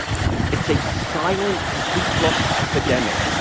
it's a silent sleep loss epidemic,